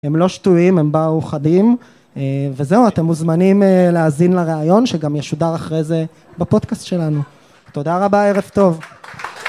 הם לא שטויים, הם באו חדים, וזהו, אתם מוזמנים להאזין לראיון, שגם ישודר אחרי זה בפודקאסט שלנו. תודה רבה, ערב טוב.